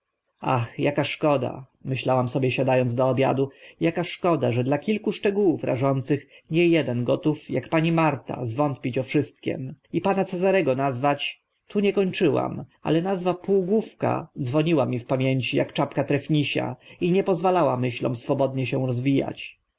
ach aka szkoda myślałam sobie siada ąc do obiadu aka szkoda że dla kilku szczegółów rażących nie eden gotów ak pani marta zwątpić o wszystkim i pana cezarego nazwać tu nie kończyłam ale nazwa półgłówka dzwoniła mi w pamięci ak czapka trefnisia i nie pozwalała myślom swobodnie się rozwijać